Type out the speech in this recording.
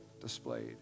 displayed